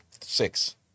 Six